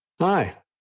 Hi